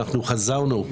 אנחנו חזרנו,